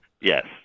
Yes